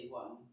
one